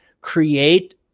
create